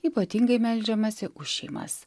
ypatingai meldžiamasi už šeimas